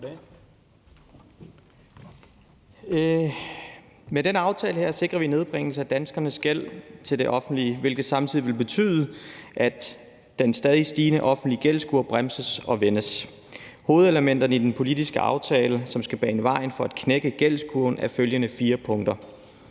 Med den aftale her sikrer vi nedbringelse af danskernes gæld til det offentlige, hvilket samtidig vil betyde, at den stadig stigende offentlige gældskurve bremses og vendes. Hovedelementerne i den politiske aftale, som skal bane vejen for at knække gældskurven, er følgende fire punkter: